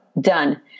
Done